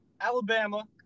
alabama